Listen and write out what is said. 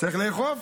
צריך לאכוף,